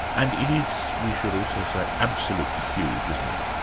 and it is, we should also say, absolutely huge, isn't it?